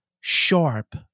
sharp